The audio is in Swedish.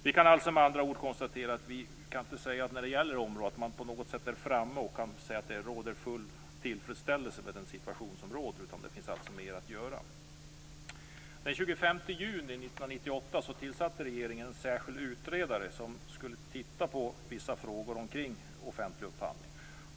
Vi kan alltså med andra ord konstatera att vi inte på något sätt är framme och att det råder full tillfredsställelse med den situation som råder, utan det finns mer att göra. Den 25 juni 1998 tillsatte regeringen en särskild utredare som skulle titta på vissa frågor om offentlig upphandling.